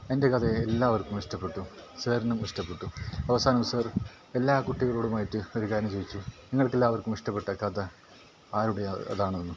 എൻ്റെ കഥയെ എല്ലാവർക്കും ഇഷ്ടപ്പെട്ടു സാറിനും ഇഷ്ടപ്പെട്ടു അവസാനം സാർ എല്ലാ കുട്ടികളോടുമായിട്ട് ഒരു കാര്യം ചോദിച്ചു നിങ്ങൾക്കെല്ലാവർക്കും ഇഷ്ടപെട്ട കഥ ആരുടേതാണെന്ന്